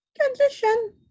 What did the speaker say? transition